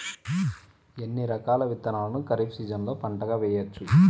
ఎన్ని రకాల విత్తనాలను ఖరీఫ్ సీజన్లో పంటగా వేయచ్చు?